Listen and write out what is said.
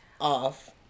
off